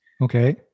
Okay